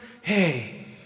Hey